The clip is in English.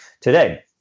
today